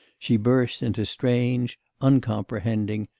she burst into strange, uncomprehending,